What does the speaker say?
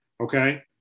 okay